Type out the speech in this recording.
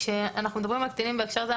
כשאנחנו מדברים על קטינים בהקשר הזה,